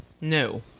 No